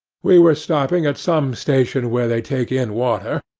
we were stopping at some station where they take in water,